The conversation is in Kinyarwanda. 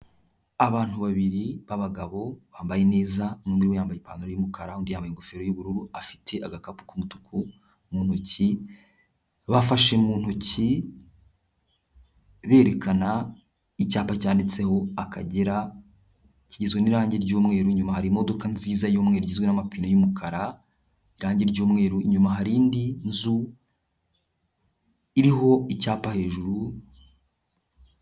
Abantu babiri b'abagabo bambaye neza, umwe yambaye ipantaro y'umukara undi yambaye ingofero y'ubururu afite agakapu k'umutuku mu ntoki, bafashe mu ntoki berekana icyapa cyanditseho Akagera, kigizwe n'irangi ry'umweru nyuma hari imodoka nziza y'umweru igizwe n'amapine y'umukara, irangi ry'umweru, inyuma hari indi nzu iriho icyapa hejuru...